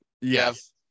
Yes